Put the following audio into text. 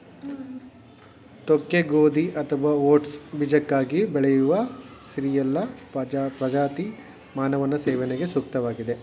ತೋಕೆ ಗೋಧಿ ಅಥವಾ ಓಟ್ಸ್ ಬೀಜಕ್ಕಾಗಿ ಬೆಳೆಯುವ ಸೀರಿಯಲ್ನ ಪ್ರಜಾತಿ ಮಾನವನ ಸೇವನೆಗೆ ಸೂಕ್ತವಾಗಿದೆ